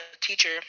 teacher